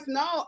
no